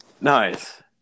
Nice